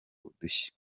udushya